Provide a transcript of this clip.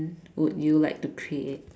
would you like to create